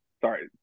sorry